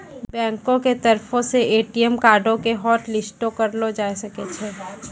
बैंको के तरफो से ए.टी.एम कार्डो के हाटलिस्टो करलो जाय सकै छै